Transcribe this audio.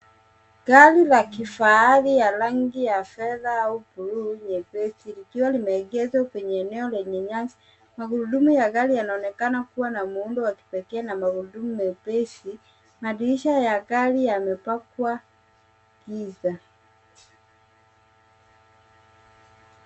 Gari la kifahari ya rangi ya fedha au bluu iliyokoza likiwa limeegeshwa kwenye eneo lenye nyasi. Magurudumu ya gari yanaonekana kuwa na muundo wa kipekee na magurudumu mepesi. Madirisha ya gari yamepakwa giza.